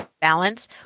balance